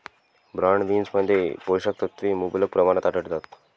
broad बीन्समध्ये पोषक तत्वे मुबलक प्रमाणात आढळतात